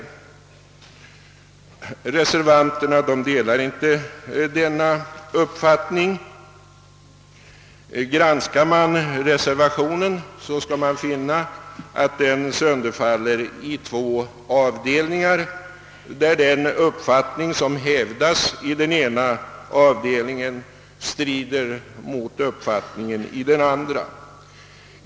Reservanterna delar inte denna uppfattning. Granskar man reservationen finner man att den sönderfaller i två avdelningar där den uppfattning som hävdas i den ena avdelningen strider mot uppfattningen i den andra.